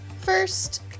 First